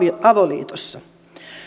avoliitossa